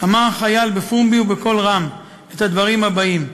אמר החייל בפומבי ובקול רם את הדברים הבאים: